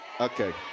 Okay